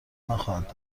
نخواهد